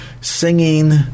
singing